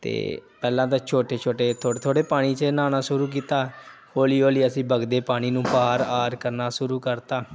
ਅਤੇ ਪਹਿਲਾਂ ਤਾਂ ਛੋਟੇ ਛੋਟੇ ਪਾਣੀ 'ਚ ਨਹਾਉਣਾ ਸ਼ੁਰੂ ਕੀਤਾ ਹੌਲੀ ਹੌਲੀ ਅਸੀਂ ਵਗਦੇ ਪਾਣੀ ਨੂੰ ਪਾਰ ਆਰ ਕਰਨਾ ਸ਼ੁਰੂ ਕਰਤਾ